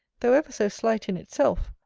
though ever so slight in itself,